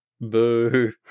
Boo